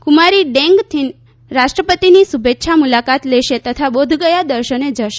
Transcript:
કુમારી Dang Thinh રાષ્ટ્રપતિની શુભેચ્છા મુલાકાત લેશે તથા બોધગયા દર્શને જશે